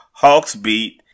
Hawksbeat